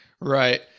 Right